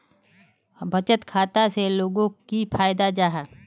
बचत खाता से लोगोक की फायदा जाहा?